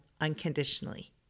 unconditionally